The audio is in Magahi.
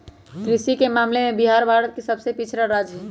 कृषि के मामले में बिहार भारत के सबसे पिछड़ा राज्य हई